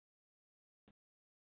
سلول کلر میں بھی ہے ہمارے پاس